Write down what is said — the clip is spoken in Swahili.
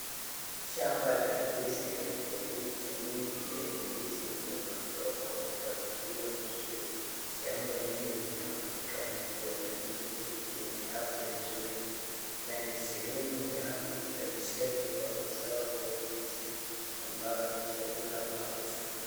Shamba la ndizi lenye miti mingi ya ndizi imepandwa kwa mpangilio mzuri. Shamba hili linaonekana kuwa na miti yenye afya mzuri na ni sehemu ya uzalishaji wa mazao ya ndizi ambao ni chakula maarufu.